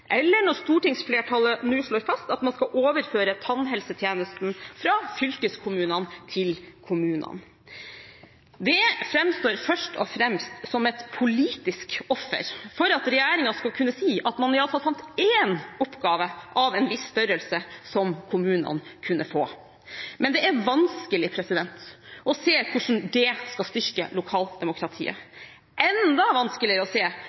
eller når stortingsflertallet nå slår fast at man skal overføre tannhelsetjenesten fra fylkeskommunene til kommunene. Det framstår først og fremst som et politisk offer for at regjeringen skal kunne si at man iallfall fant én oppgave av en viss størrelse som kommunene kunne få. Men det er vanskelig å se hvordan det skal styrke lokaldemokratiet, og enda vanskeligere å se